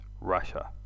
Russia